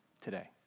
today